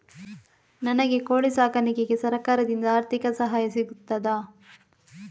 ನನಗೆ ಕೋಳಿ ಸಾಕಾಣಿಕೆಗೆ ಸರಕಾರದಿಂದ ಆರ್ಥಿಕ ಸಹಾಯ ಸಿಗುತ್ತದಾ?